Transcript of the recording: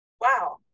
wow